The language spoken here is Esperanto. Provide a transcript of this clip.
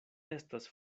estas